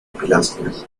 pilastras